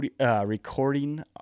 recording